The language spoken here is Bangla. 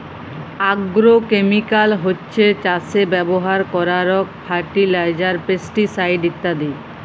আগ্রোকেমিকাল হছ্যে চাসে ব্যবহার করারক ফার্টিলাইজার, পেস্টিসাইড ইত্যাদি